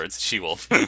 she-wolf